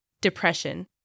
depression